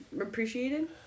Appreciated